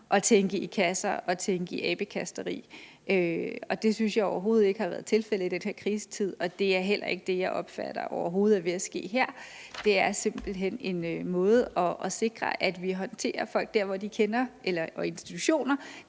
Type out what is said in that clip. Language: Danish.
at tænke i kasser og tænke i abekasteri. Og det synes jeg overhovedet ikke har været tilfældet i den her krisetid, og det er heller ikke det, jeg overhovedet opfatter er ved at ske her. Det er simpelt hen en måde at sikre, at vi håndterer folk og institutioner